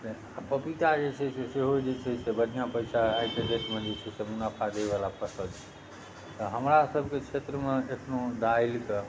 आओर पपीता जे छै सेहो जे छै से बढ़िआँ पइसा आइके डेटमे जे छै से बढ़िआँ मुनाफा दैवला फसल छिए तऽ हमरासबके क्षेत्रमे एखनहु दालिके